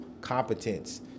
competence